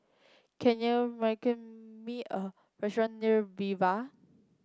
can you recommend me a restaurant near Viva